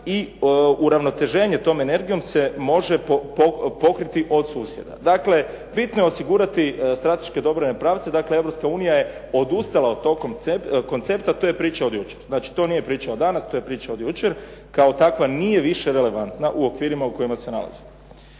i uravnoteženje tom energijom se može pokriti od susjeda. Dakle, bitno je osigurati strateške odobrene pravce dakle Europska unija je odustala od tog koncepta, to je priča od jučer. To nije priča od danas, to je priča od jučer. Kao takva više nije relevantna u okvirima u kojima se nalazi.